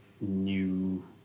new